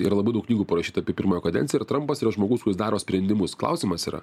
yra labai daug knygų parašyta apie pirmą jo kadenciją ir trampas yra žmogus kuris daro sprendimus klausimas yra